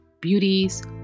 Beauties